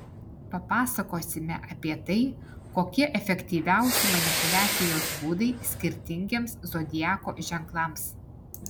papasakosime apie tai kokie efektyviausi manipuliacijos būdai skirtingiems zodiako ženklams